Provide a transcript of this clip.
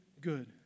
good